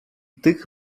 tych